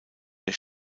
der